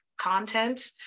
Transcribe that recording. content